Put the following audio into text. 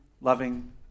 loving